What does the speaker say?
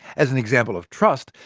as an example of trust,